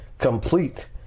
complete